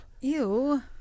Ew